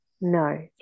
no